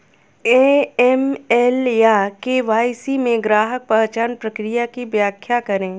AML या KYC में ग्राहक पहचान प्रक्रिया की व्याख्या करें?